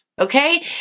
okay